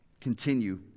continue